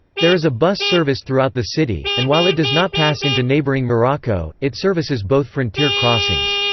there is a bus service throughout the city, and while it does not pass into neighboring morocco, it services both frontier crossings.